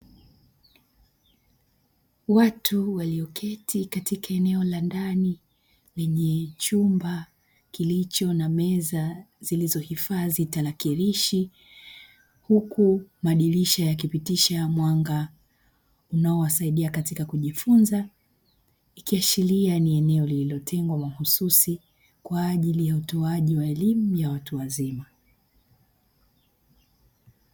Watu walioketi katika eneo la ndani, lenye chumba kilicho na meza zilizohifadhi tarakilishi. Huku madirisha yakipitisha mwanga unaowasaidia katika kujifunza, ikiashiria ni eneo lililotengwa mahususi, kwa ajili ya utoaji wa elimu ya watu wazima.